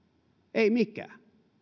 ei mikään